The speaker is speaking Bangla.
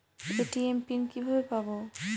এ.টি.এম পিন কিভাবে পাবো?